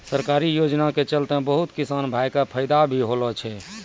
सरकारी योजना के चलतैं बहुत किसान भाय कॅ फायदा भी होलो छै